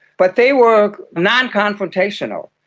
but they were non-confrontational,